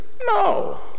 No